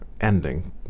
ending